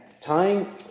tying